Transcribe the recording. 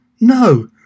no